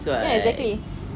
ya exactly